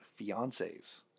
fiancés